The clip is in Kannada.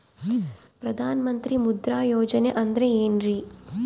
ಪ್ರಧಾನ ಮಂತ್ರಿ ಮುದ್ರಾ ಯೋಜನೆ ಅಂದ್ರೆ ಏನ್ರಿ?